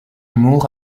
moore